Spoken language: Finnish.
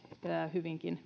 hyvinkin